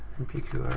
npqr.